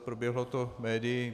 Proběhlo to médii.